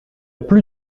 plus